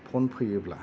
phone फैयोब्ला